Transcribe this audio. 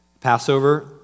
Passover